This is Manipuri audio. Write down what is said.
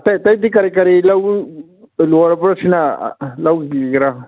ꯑꯇꯩ ꯑꯇꯩꯗꯤ ꯀꯔꯤ ꯀꯔꯤ ꯂꯧ ꯂꯣꯏꯔꯕ꯭ꯔꯣ ꯁꯤꯅ ꯂꯧꯒꯤꯒꯦꯔ